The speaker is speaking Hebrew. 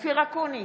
אופיר אקוניס,